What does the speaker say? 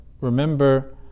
remember